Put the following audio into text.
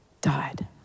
died